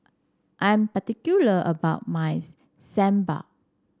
I'm particular about my Sambar